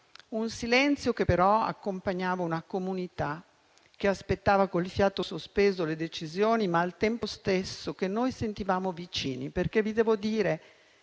un silenzio che però accompagnava una comunità che aspettava col fiato sospeso le decisioni, ma che al tempo stesso noi sentivamo vicina. Vi devo dire